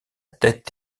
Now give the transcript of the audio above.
tête